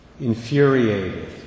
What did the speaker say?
infuriated